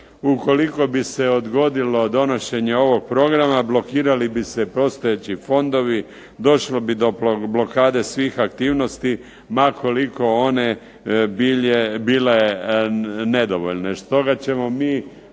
Ukoliko bi se odgodilo donošenje ovog programa blokirali bi se postojeći fondovi, došlo bi do blokade svih aktivnosti ma koliko one bile nedovoljne.